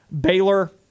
baylor